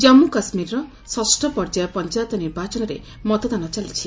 ଜାମ୍ମୁ କାଶ୍ମୀରର ଷଷ୍ଠ ପର୍ଯ୍ୟାୟ ପଞ୍ଚାୟତ ନିର୍ବାଚନରେ ମତଦାନ ଚାଲିଛି